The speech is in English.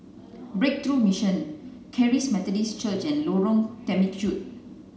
breakthrough Mission Charis Methodist Church and Lorong Temechut